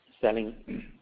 Selling